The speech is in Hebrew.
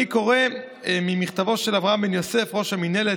אני קורא ממכתבו של אברהם בן יוסף, ראש המינהלת: